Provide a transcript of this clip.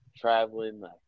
traveling